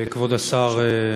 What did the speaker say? כבוד השר,